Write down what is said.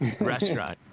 restaurant